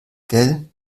gell